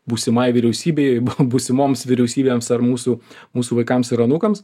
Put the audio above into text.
būsimai vyriausybei būsimoms vyriausybėms ar mūsų mūsų vaikams ir anūkams